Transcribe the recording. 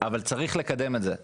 אבל צריך לקדם את זה.